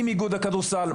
עם איגוד הכדורסל,